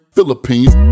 Philippines